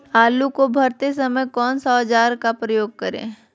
आलू को भरते समय कौन सा औजार का प्रयोग करें?